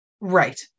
Right